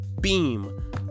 beam